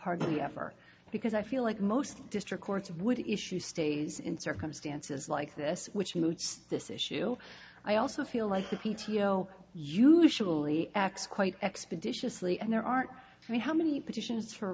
hardly ever because i feel like most district courts would issue stays in circumstances like this which moots this issue i also feel like the p t o usually acts quite expeditiously and there aren't any how many petitions for